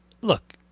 Look